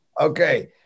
Okay